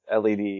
LED